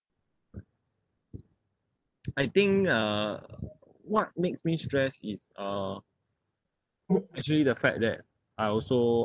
I think uh what makes me stress is uh actually the fact that I also